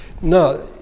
No